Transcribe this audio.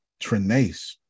Trinace